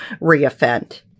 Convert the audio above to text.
re-offend